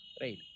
Right